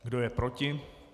Kdo je proti?